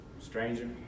Stranger